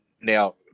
now